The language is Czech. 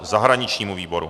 Zahraničnímu výboru.